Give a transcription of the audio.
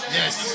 yes